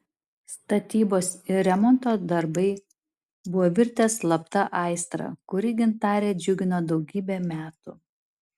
statybos ir remontai buvo virtę slapta aistra kuri gintarę džiugino daugybę metų